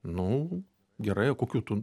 nu gerai o kokių tu